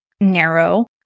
narrow